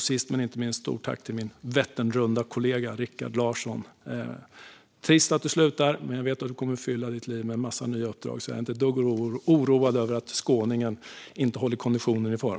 Sist men inte minst ett stort tack till min Vätternrundakollega Rikard Larsson! Det är trist att du slutar, men jag vet att du kommer att fylla ditt liv med en massa nya uppdrag, så jag är inte ett dugg oroad över att skåningen inte håller konditionen i form.